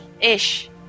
ish